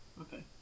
Okay